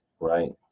right